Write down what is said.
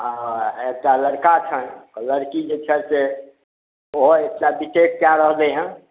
हॅं एकटा लड़का छनि लड़की जे छै से ओहो एकटा बी टेक कय रहलै हन